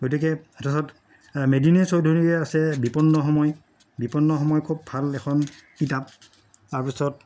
গতিকে তাৰপাছত মেদিনী চৌধুৰীৰ আছে বিপন্ন সময় বিপন্ন সময় খুব ভাল এখন কিতাপ তাৰপিছত